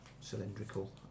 cylindrical